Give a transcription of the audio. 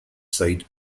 side